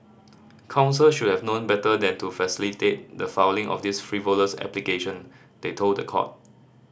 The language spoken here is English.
counsel should have known better than to facilitate the filing of this frivolous application they told the court